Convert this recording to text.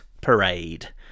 Parade